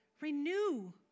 Renew